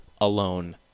alone